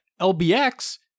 LBX